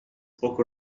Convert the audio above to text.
poke